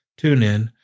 TuneIn